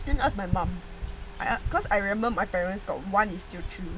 then ask my mum I because I remember my parents got [one] is teochew